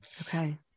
Okay